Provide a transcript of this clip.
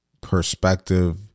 perspective